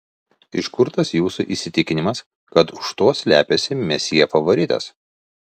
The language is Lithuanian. iš kur tas jūsų įsitikinimas kad už to slepiasi mesjė favoritas